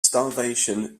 starvation